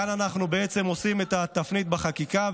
כאן אנחנו עושים את התפנית בחקיקה.